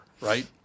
right